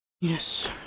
Yes